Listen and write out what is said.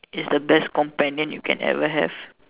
is the best companion you can ever have